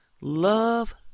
Love